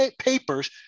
papers